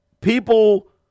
people